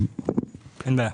אין בעיה.